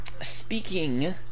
Speaking